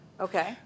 Okay